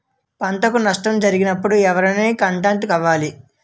పంటకు నష్టం జరిగినప్పుడు ఎవరిని కాంటాక్ట్ అవ్వాలి?